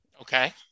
Okay